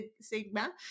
Sigma